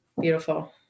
beautiful